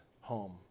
home